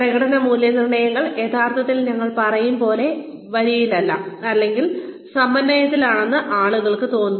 പ്രകടന മൂല്യനിർണ്ണയങ്ങൾ യഥാർത്ഥത്തിൽ ഞങ്ങൾ പറയുന്നതുപോലെ വരിയിലല്ല അല്ലെങ്കിൽ സമന്വയത്തിലല്ലെന്ന് ആളുകൾക്ക് തോന്നുന്നു